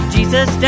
Jesus